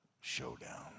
showdown